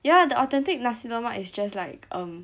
ya the authentic nasi lemak is just like um